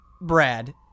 Brad